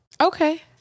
Okay